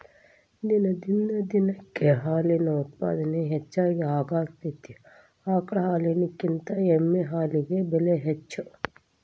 ದಿನದಿಂದ ದಿನಕ್ಕ ಹಾಲಿನ ಉತ್ಪಾದನೆ ಹೆಚಗಿ ಆಗಾಕತ್ತತಿ ಆಕಳ ಹಾಲಿನಕಿಂತ ಎಮ್ಮಿ ಹಾಲಿಗೆ ಬೆಲೆ ಹೆಚ್ಚ